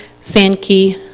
Sankey